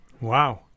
Wow